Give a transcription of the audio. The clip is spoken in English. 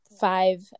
five